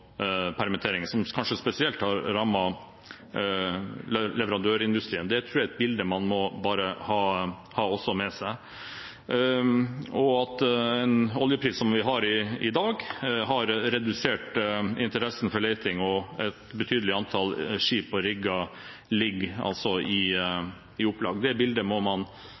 som kanskje spesielt har rammet leverandørindustrien. Det tror jeg er et bilde man også må ha med seg. Den oljeprisen som vi har i dag, har redusert interessen for leting, og et betydelig antall skip og rigger ligger altså i opplag. Det bildet må man